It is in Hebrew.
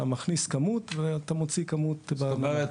אתה מכניס כמות ואתה מוציא כמות --- זאת אומרת,